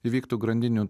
įvyktų grandinių